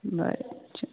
बरें